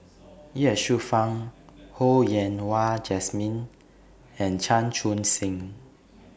Ye Shufang Ho Yen Wah Jesmine and Chan Chun Sing